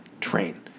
train